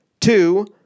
Two